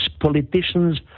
politicians